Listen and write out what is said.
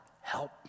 help